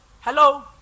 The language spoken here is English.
hello